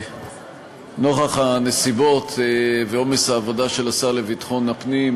נוכח הנסיבות ועומס העבודה של השר לביטחון הפנים,